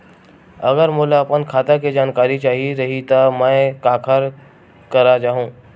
अगर मोला अपन खाता के जानकारी चाही रहि त मैं काखर करा जाहु?